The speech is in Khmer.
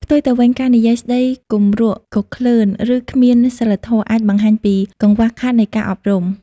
ផ្ទុយទៅវិញ ការនិយាយស្តីគម្រក់គគ្លើន ឬគ្មានសីលធម៌ អាចបង្ហាញពីកង្វះខាតនៃការអប់រំ។